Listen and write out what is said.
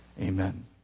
Amen